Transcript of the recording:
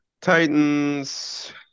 Titans